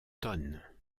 tonnes